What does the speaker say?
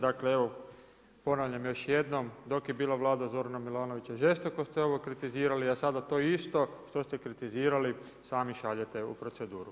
Dakle evo ponavljam još jednom, dok je bila vlada Zorana Milanovića žestoko ste ovo kritizirali, a sada to isto što ste kritizirali sami šaljete u proceduru.